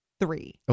Three